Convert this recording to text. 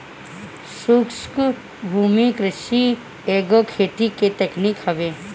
शुष्क भूमि कृषि एगो खेती के तकनीक हवे